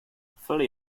fully